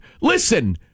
Listen